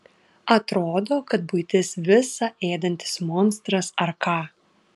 atrodo kad buitis visa ėdantis monstras ar ką